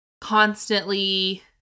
constantly